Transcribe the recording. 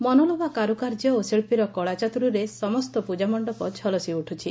ମନଲୋଭା କାରୁକାର୍ଯ୍ୟ ଓ ଶିଳ୍ଚୀର କଳା ଚାତୁରୀରେ ସମସ୍ତ ପୂଜାମଣ୍ଡପ ଝଲସି ଉଠୁଛି